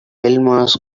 wilma’s